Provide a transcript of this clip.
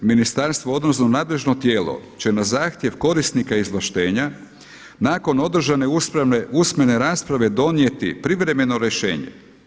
Ministarstvo odnosno nadležno tijelo će na zahtjev korisnika izvlaštenja nakon održane usmene rasprave donijeti privremeno rješenje.